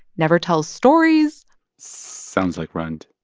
never tells stories sounds like rund